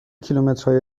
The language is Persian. کیلومترهای